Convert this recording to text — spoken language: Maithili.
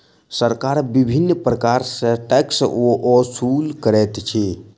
सरकार विभिन्न प्रकार सॅ टैक्स ओसूल करैत अछि